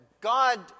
God